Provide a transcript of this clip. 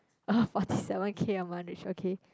forty seven K a month which okay